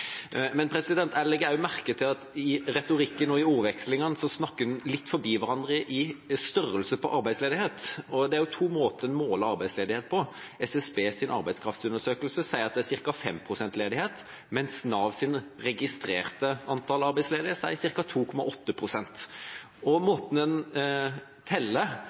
Jeg legger også merke til at en i retorikken og i ordvekslingen snakker litt forbi hverandre med hensyn til størrelse på arbeidsledighet, for det er to måter å måle arbeidsledighet på: SSBs arbeidskraftundersøkelse sier at det er ca. 5 pst. ledighet, mens Navs registrerte antall arbeidsledige sier ca. 2,8 pst. Måten en teller